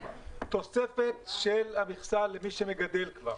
תוספת של המכסה למי שמגדל כבר